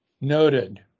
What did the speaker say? noted